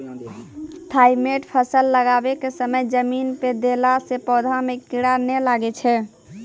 Thimet फ़सल लगाबै के समय जमीन मे देला से पौधा मे कीड़ा नैय लागै छै?